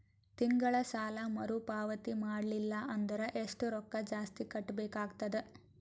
ತಿಂಗಳ ಸಾಲಾ ಮರು ಪಾವತಿ ಮಾಡಲಿಲ್ಲ ಅಂದರ ಎಷ್ಟ ರೊಕ್ಕ ಜಾಸ್ತಿ ಕಟ್ಟಬೇಕಾಗತದ?